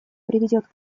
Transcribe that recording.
приведет